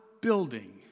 building